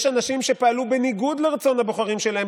יש אנשים שפעלו בניגוד לרצון הבוחרים שלהם,